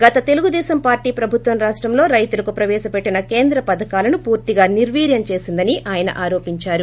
గత తెలుగుదేశం పార్టీ ప్రభుత్వం రాష్టంలో రైతులకు ప్రవేశ పెట్టిన కేంద్ర పధకాలను పూర్తిగా నిర్వీర్యం చేసిందని ఆయన ఆరోపించారు